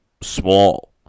small